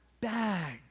bag